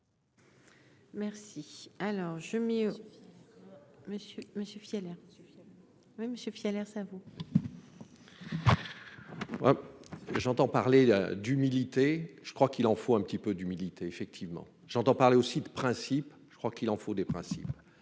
Merci, alors je mets Monsieur Monsieur air oui monsieur l'air ça vous. J'entends parler d'humilité, je crois qu'il en faut un petit peu d'humilité, effectivement j'entends parler aussi de principe, je crois qu'il en faut des principes,